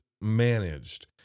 managed